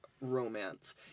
romance